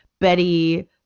Betty